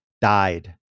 died